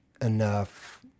enough